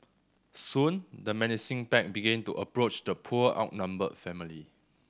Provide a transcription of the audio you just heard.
soon the menacing pack began to approach the poor outnumbered family